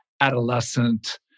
adolescent